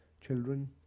children